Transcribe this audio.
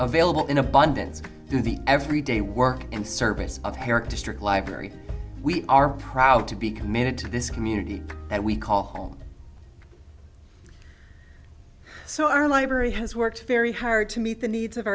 available in abundance through the every day work and service of herrick district library we are proud to be committed to this community that we call home so our library has worked very hard to meet the needs of